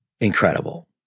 Incredible